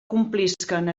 complisquen